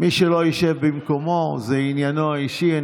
מי שלא ישב במקומו, זה עניינו האישי.